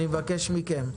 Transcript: אני מבקש מכן,